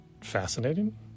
fascinating